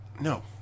No